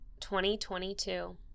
2022